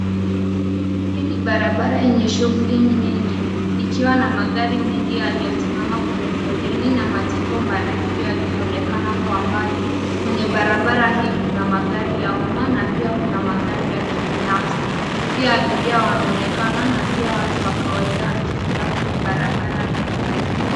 Hili ni barabara yenye shughuli nyingi, ikiwa na magari mengi yaliyosimama kwenye foleni na majengo marefu yakionekana kwa mbali. Kwenye barabara hii kuna magari ya uma na pia kuna magari ya kibinafsi. Pia abiria wanaonekana na pia watu wa kawaida wakipita kwenye barabara hii.